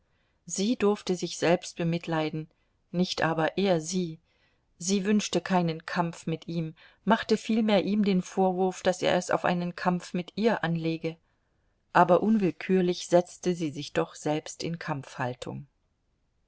sie durfte sich selbst bemitleiden nicht aber er sie sie wünschte keinen kampf mit ihm machte vielmehr ihm den vorwurf daß er es auf einen kampf mit ihr anlege aber unwillkürlich setzte sie sich doch selbst in